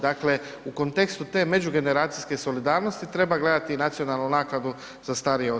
Dakle, u kontekstu te međugeneracijske solidarnosti treba gledati i nacionalnu naknadu za starije osobe.